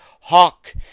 hawk